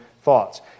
thoughts